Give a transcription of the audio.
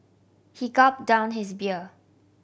he gulp down his beer